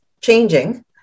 changing